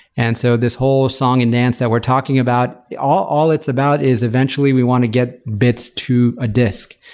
and so this whole song and dance that we're talking about, all all it's about is eventually we want to get bits to a disk.